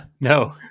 No